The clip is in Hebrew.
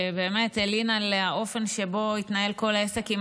שבאמת הלין על האופן שבו התנהל כל העסק עם